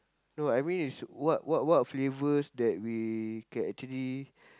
no I mean is what what what flavours that we can actually